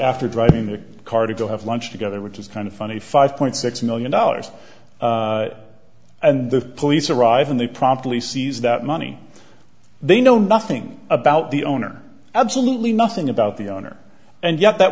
after driving the car to go have lunch together which is kind of funny five point six million dollars and the police arrive and they promptly seize that money they know nothing about the owner absolutely nothing about the owner and yet that